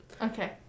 Okay